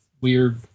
weird